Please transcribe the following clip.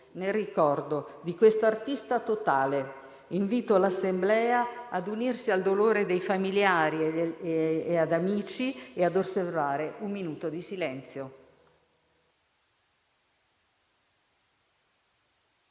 Nel ricordo di questo artista totale invito l'Assemblea ad unirsi al dolore dei familiari ed amici e ad osservare un minuto di silenzio.